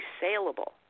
saleable